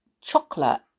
chocolate